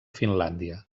finlàndia